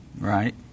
Right